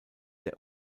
der